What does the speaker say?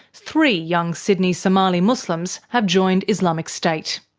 three young sydney somali muslims have joined islamic state.